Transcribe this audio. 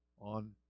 on